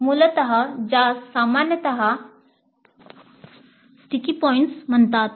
मूलत ज्यास सामान्यतः स्टिकी पॉईंट्स म्हणतात